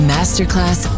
Masterclass